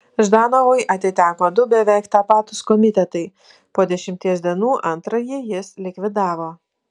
ždanovui atiteko du beveik tapatūs komitetai po dešimties dienų antrąjį jis likvidavo